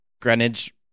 Greenwich